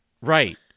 Right